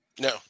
No